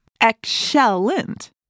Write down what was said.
Excellent